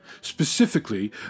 Specifically